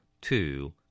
Two